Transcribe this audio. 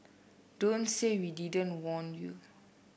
don't say we didn't warn you